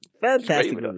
Fantastic